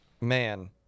Man